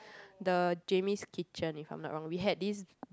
the Jamie's kitchen if I'm not wrong we had this